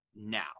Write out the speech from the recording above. now